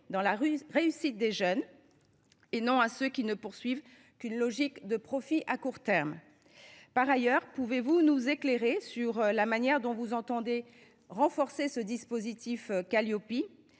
dans la réussite des jeunes, et non à ceux qui ne poursuivent qu’une logique de profit à court terme ? Par ailleurs, pouvez vous nous éclairer sur la manière dont vous entendez renforcer le dispositif Qualiopi ?